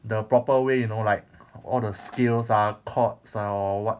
the proper way you know like all the scales ah chords ah or what